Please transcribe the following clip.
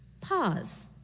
pause